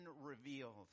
revealed